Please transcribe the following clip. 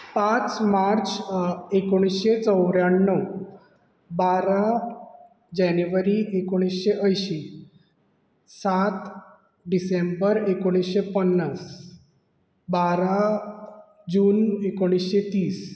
पांच मार्च एकुणीशे चवद्याण्णव बारा जानेवारी एकुणीशे अंयशी सात डिसेंबर एकुणीशे पन्नास बारा जून एकुणीशे तीस